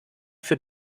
für